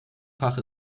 fach